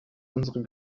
unsere